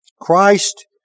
Christ